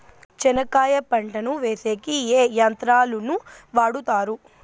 చెనక్కాయ పంటను వేసేకి ఏ యంత్రాలు ను వాడుతారు?